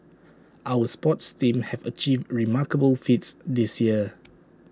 our sports teams have achieved remarkable feats this year